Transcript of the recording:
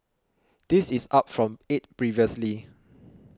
this is up from eight previously